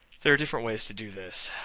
there are different ways to do this.